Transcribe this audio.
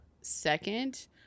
second